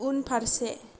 उनफारसे